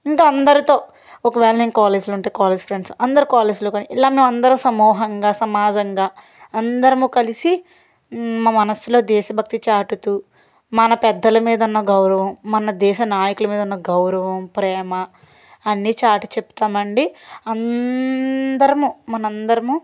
ఇంకా అందరితో ఒకవేళ నేను కాలేజీలో ఉంటే కాలేజీ ఫ్రెండ్స్ అందరు కాలేజీలో కాని ఇలా సమ్మోహంగా సమూహంగా సమాజంగా అందరము కలిసి మా మనసులో దేశభక్తి చాటుతూ మన పెద్దల మీద ఉన్న గౌరవం మన దేశ నాయకులు మీద ఉన్న గౌరవం ప్రేమ అన్ని చాటి చెపుతామండి అందరము మనందరము